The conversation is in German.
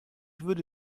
würde